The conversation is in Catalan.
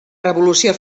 revolució